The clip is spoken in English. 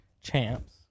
champs